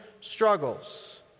struggles